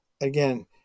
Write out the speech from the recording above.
Again